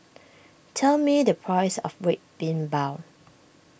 tell me the price of Red Bean Bao